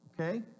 Okay